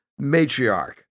matriarch